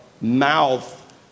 mouth